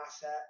asset